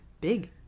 Big